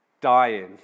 dying